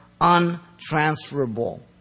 untransferable